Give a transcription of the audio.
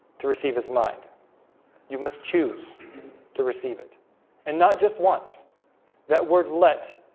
to receive his mind you must choose to receive it and not just once that word. let